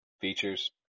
features